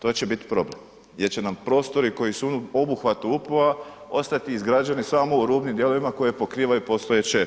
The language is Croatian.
To će bit problem gdje će nam prostori koji su u obuhvatu upova ostati izgrađeni samo u rubnim dijelovima koje pokrivaju postojeće